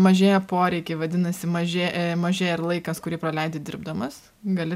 mažėja poreikiai vadinasi mažė mažėja ir laikas kurį praleidi dirbdamas gali